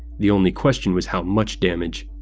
the only question was how much damage?